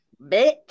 Bitch